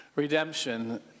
Redemption